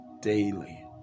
daily